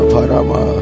Parama